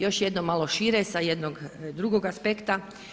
Još jednom malo šire sa jednog drugog aspekta.